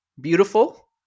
Beautiful